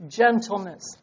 gentleness